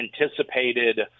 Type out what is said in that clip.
anticipated –